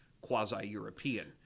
quasi-European